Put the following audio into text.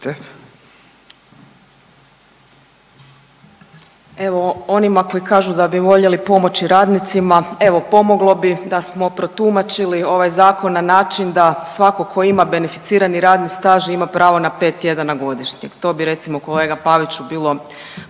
Evo onima koji kažu da bi voljeli pomoći radnicima, evo pomoglo bi da smo protumačili ovaj zakon na način da svako tko ima beneficirani radni staž ima pravo na 5 tjedana godišnjeg. To bi recimo kolega Paviću bilo